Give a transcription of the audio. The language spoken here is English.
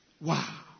Wow